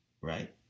Right